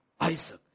Isaac